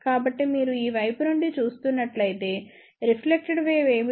కాబట్టి మీరు ఈ వైపు నుండి చూస్తున్నట్లయితే రిఫ్లెక్టెడ్ వేవ్ ఏమిటి